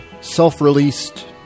self-released